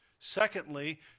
Secondly